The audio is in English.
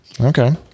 okay